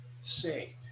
saved